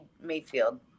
Mayfield